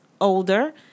older